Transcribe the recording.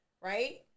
Right